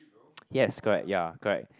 yes correct yea correct